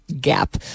gap